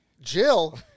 Jill